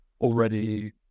already